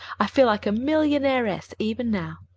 i feel like a millionairess even now.